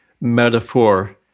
metaphor